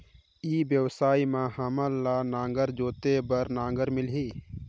ई व्यवसाय मां हामन ला नागर जोते बार नागर मिलही?